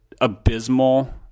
abysmal